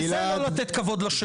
וזה לא לתת כבוד לשירות.